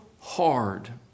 hard